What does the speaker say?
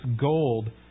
gold